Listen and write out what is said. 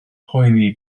poeni